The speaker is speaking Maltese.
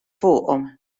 fuqhom